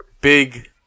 Big